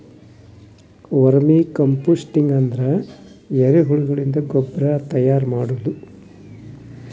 vermi composting ಅಂದ್ರ ಎರಿಹುಳಗಳಿಂದ ಗೊಬ್ರಾ ತೈಯಾರ್ ಮಾಡದು